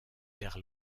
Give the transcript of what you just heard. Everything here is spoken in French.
vers